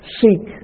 seek